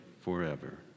forever